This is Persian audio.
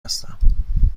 هستم